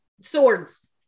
Swords